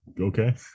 Okay